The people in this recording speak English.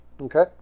Okay